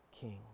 king